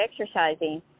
exercising